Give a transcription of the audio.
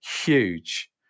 huge